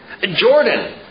Jordan